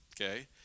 okay